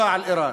מתקפה על איראן.